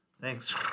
Thanks